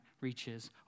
reaches